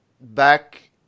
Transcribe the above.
back